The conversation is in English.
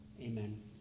amen